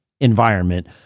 environment